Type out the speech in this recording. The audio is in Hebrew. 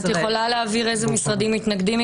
את יכולה להבהיר איזה משרדים מתנגדים?